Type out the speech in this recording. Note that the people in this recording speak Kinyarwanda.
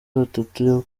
batatu